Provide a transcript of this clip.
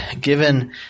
given